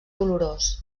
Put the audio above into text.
dolorós